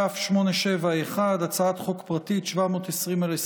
כ/871, פ/23/720.